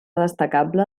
destacable